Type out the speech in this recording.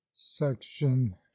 section